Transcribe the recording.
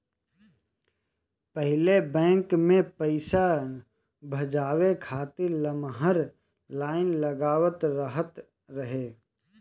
पहिले बैंक में पईसा भजावे खातिर लमहर लाइन लागल रहत रहे